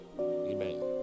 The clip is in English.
Amen